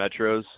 Metros